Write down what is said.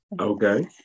Okay